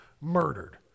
murdered